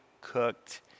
cooked